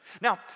Now